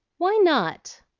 why not?